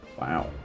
Wow